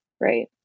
right